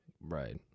Right